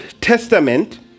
Testament